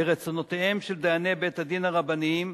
לרצונותיהם של דייני בית-הדין הרבניים,